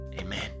Amen